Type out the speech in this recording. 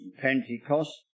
Pentecost